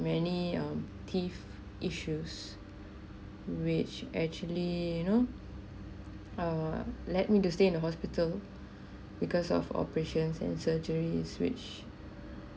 many um teeth issues which actually you know err led me to stay in the hospital because of operations and surgeries which